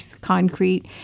concrete